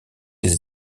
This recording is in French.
des